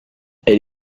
elle